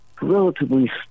relatively